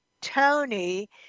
Tony